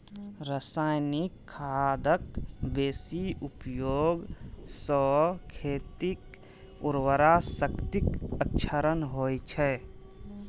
रासायनिक खादक बेसी उपयोग सं खेतक उर्वरा शक्तिक क्षरण होइ छै